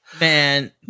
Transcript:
Man